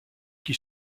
qui